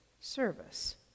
service